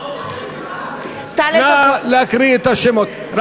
נא להקריא את השמות.